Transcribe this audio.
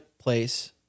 place